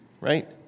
Right